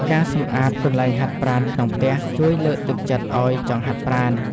ការសម្អាតកន្លែងហាត់ប្រាណក្នុងផ្ទះ ជួយលើកទឹកចិត្តឱ្យចង់ហាត់ប្រាណ។